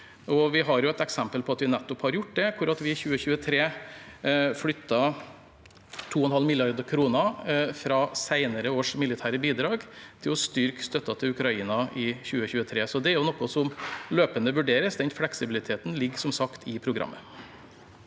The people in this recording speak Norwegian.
Vi har et eksempel på at vi nettopp har gjort det, da vi i 2023 flyttet 2,5 mrd. kr fra senere års militære bidrag til å styrke støt ten til Ukraina i 2023. Så det er noe som løpende vurderes. Den fleksibiliteten ligger som sagt i programmet.